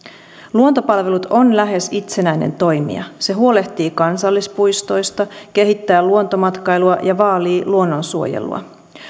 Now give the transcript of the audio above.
luontopalvelut on lähes itsenäinen toimija se huolehtii kansallispuistoista kehittää luontomatkailua ja vaalii luonnonsuojelua